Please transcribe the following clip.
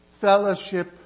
fellowship